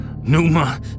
Numa